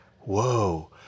whoa